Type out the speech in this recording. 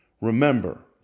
Remember